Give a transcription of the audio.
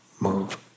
move